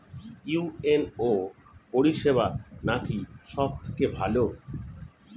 UNO পরিসেবা নাকি সব থেকে ভালো?